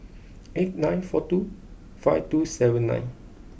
eight nine four two five two seven nine